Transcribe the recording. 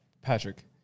Patrick